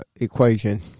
equation